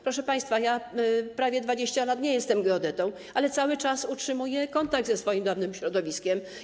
Proszę państwa, ja od prawie 20 lat nie jestem geodetą, ale cały czas utrzymuję kontakt ze swoim dawnym środowiskiem.